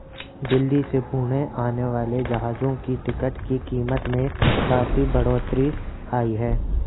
दिल्ली से पुणे आने वाली जहाजों की टिकट की कीमत में काफी बढ़ोतरी आई है